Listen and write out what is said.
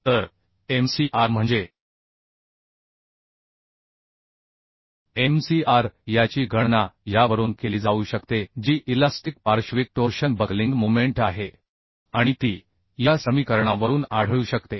तर mcr म्हणजे mcr याची गणना यावरून केली जाऊ शकते जी इलास्टिक पार्श्विक टोर्शन बकलिंग मोमेंट आहे आणि ती या समीकरणा वरून आढळू शकते